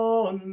on